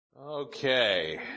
Okay